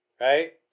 Right